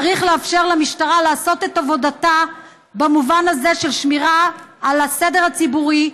צריך לאפשר למשטרה לעשות את עבודתה במובן הזה של שמירה על הסדר הציבורי,